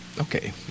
Okay